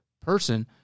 person